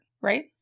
right